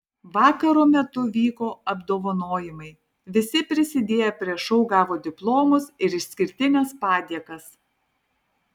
vakaro metu vyko apdovanojimai visi prisidėję prie šou gavo diplomus ir išskirtines padėkas